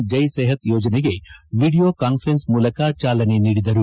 ಜಯ್ ಸೆಹತ್ ಯೋಜನೆಗೆ video conference ಮೂಲಕ ಚಾಲನೆ ನೀಡಿದರು